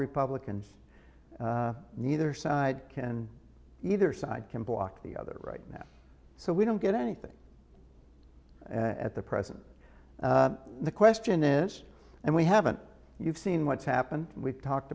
republicans neither side can either side can block the other right now so we don't get anything at the present the question is and we haven't you've seen what's happened we've talked